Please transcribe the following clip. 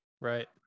Right